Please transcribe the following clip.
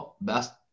best